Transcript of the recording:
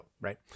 right